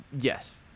yes